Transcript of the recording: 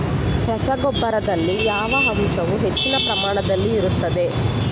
ರಸಗೊಬ್ಬರದಲ್ಲಿ ಯಾವ ಅಂಶವು ಹೆಚ್ಚಿನ ಪ್ರಮಾಣದಲ್ಲಿ ಇರುತ್ತದೆ?